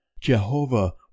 Jehovah